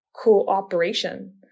cooperation